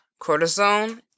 cortisone